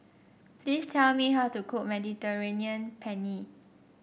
please tell me how to cook Mediterranean Penne